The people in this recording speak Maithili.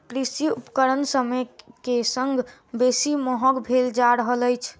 कृषि उपकरण समय के संग बेसी महग भेल जा रहल अछि